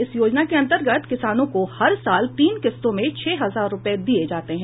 इस योजना के अंतर्गत किसानों को हर साल तीन किस्तों में छह हजार रुपये दिए जाते हैं